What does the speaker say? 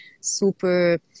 super